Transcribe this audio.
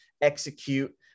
execute